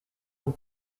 donc